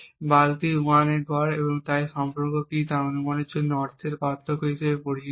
এবং বালতি 1 এর গড় তাই এটি সেই সম্পর্কিত কী অনুমানের জন্য অর্থের পার্থক্য হিসাবে পরিচিত